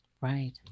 Right